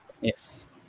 yes